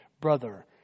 brother